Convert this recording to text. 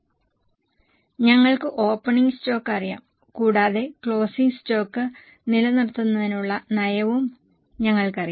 ഞങ്ങൾക്ക് opening stock അറിയാം കൂടാതെ ക്ലോസിംഗ് സ്റ്റോക്ക് നിലനിർത്തുന്നതിനുള്ള നയവും ഞങ്ങൾക്കറിയാം